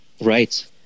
Right